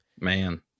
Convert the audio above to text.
Man